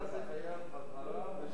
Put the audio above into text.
הדבר הזה חייב הבהרות, שלא יישאר תלוי.